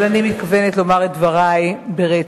אבל אני מתכוונת לומר את דברי ברצף.